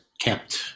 kept